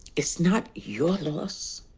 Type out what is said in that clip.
it's not your loss.